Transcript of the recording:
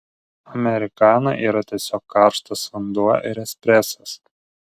amerikana yra tiesiog karštas vanduo ir espresas